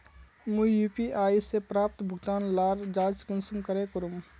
मुई यु.पी.आई से प्राप्त भुगतान लार जाँच कुंसम करे करूम?